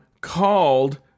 called